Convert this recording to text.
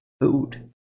food